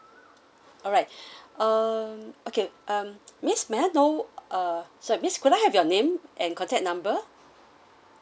alright um okay um miss may I know uh sorry miss could I have your name and contact number